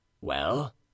Well